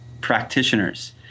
practitioners